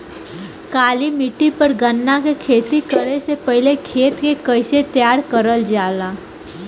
काली मिट्टी पर गन्ना के खेती करे से पहले खेत के कइसे तैयार करल जाला?